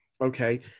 okay